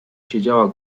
siedziała